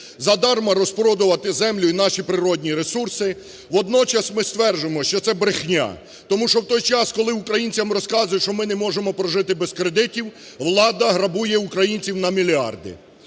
задарма розпродувати землю і наші природні ресурси, водночас ми стверджуємо, що це брехня. Тому що в той час, коли українцям розказують, що ми не можемо прожити без кредитів, влада грабує українців на мільярди.